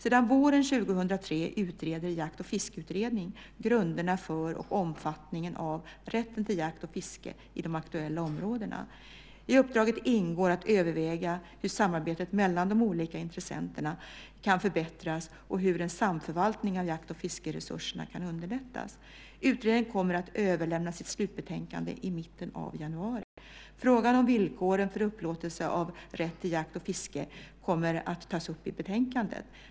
Sedan våren 2003 utreder Jakt och fiskerättsutredningen grunderna för och omfattningen av rätten till jakt och fiske i de aktuella områdena. I uppdraget ingår att överväga hur samarbetet mellan de olika intressenterna kan förbättras och hur en samförvaltning av jakt och fiskeresurserna kan underlättas. Utredningen kommer att överlämna sitt slutbetänkande i mitten av januari. Frågan om villkoren för upplåtelse av rätt till jakt och fiske kommer att tas upp i betänkandet.